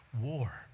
War